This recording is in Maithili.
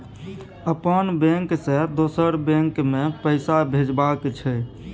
अपन बैंक से दोसर बैंक मे पैसा भेजबाक छै?